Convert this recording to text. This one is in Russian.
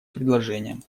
предложением